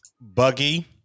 Buggy